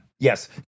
Yes